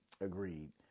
agreed